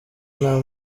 nta